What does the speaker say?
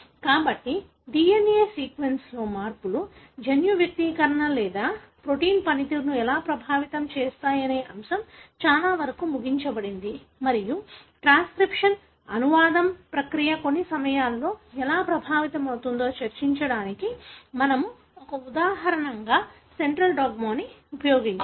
కాబట్టి DNA సీక్వెన్స్లో మార్పులు జన్యు వ్యక్తీకరణ లేదా ప్రోటీన్ పనితీరును ఎలా ప్రభావితం చేస్తాయనే అంశాన్ని చాలావరకు ముగించబడింది మరియు ట్రాన్స్క్రిప్షన్ అనువాదం ప్రక్రియ కొన్ని సమయాల్లో ఎలా ప్రభావితమవుతుందో చర్చించడానికి మేము ఒక ఉదాహరణగా సెంట్రల్ డాగ్మాను ఉపయోగించాము